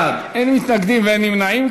33 בעד, אין מתנגדים ואין נמנעים.